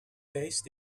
based